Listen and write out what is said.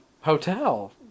hotel